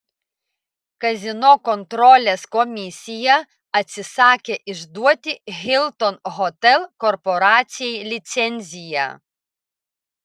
kazino kontrolės komisija atsisakė išduoti hilton hotel korporacijai licenciją